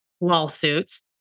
lawsuits